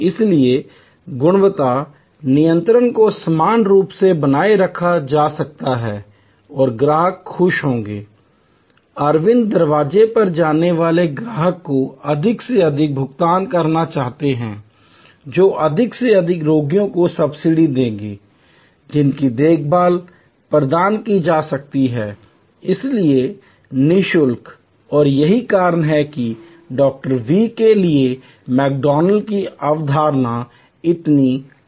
इसलिए गुणवत्ता नियंत्रण को समान रूप से बनाए रखा जा सकता है और ग्राहक खुश होंगे अरविंद दरवाजे पर आने वाले ग्राहकों को अधिक से अधिक भुगतान करना चाहते हैं जो अधिक से अधिक रोगियों को सब्सिडी देंगे जिनकी देखभाल प्रदान की जा सकती है इसलिए नि शुल्क और यही कारण है कि डॉ वी के लिए मैकडॉनल्ड्स की अवधारणा इतनी आकर्षक थी